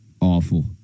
awful